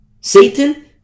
satan